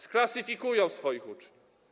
sklasyfikują swoich uczniów.